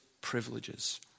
privileges